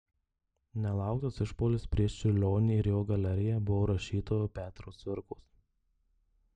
nelauktas išpuolis prieš čiurlionį ir jo galeriją buvo rašytojo petro cvirkos